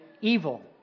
evil